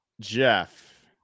Jeff